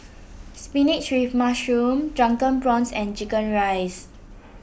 Spinach with Mushroom Drunken Prawns and Chicken Rice